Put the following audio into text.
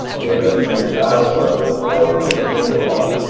that a free plasma will form within the ball.